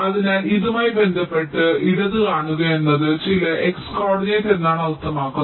അതിനാൽ ഇതുമായി ബന്ധപ്പെട്ട് ഇടത് കാണുക എന്നത് ചില x കോർഡിനേറ്റ് എന്നാണ് അർത്ഥമാക്കുന്നത്